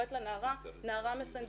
אם באמת קרה משהו